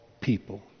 people